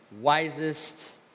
wisest